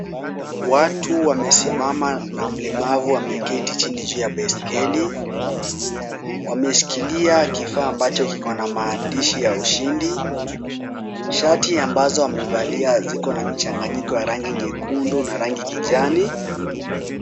Watu wamesimama na mlemavu ameketi chini juu ya baiskeli. Wameshikilia kifaa ambacho kikona maandishi ya ushindi. Shati ambazo amevalia zikona mchanganyiko wa rangi nyekundu na rangi kijani.